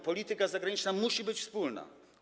Polityka zagraniczna musi być wspólna.